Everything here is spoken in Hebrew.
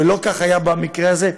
ולא כך היה במקרה הזה.